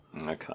okay